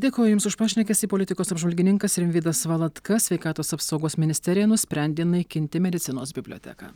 dėkoju jums už pašnekesį politikos apžvalgininkas rimvydas valatka sveikatos apsaugos ministerija nusprendė naikinti medicinos biblioteką